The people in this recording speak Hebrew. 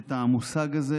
את המושג הזה.